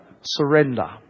surrender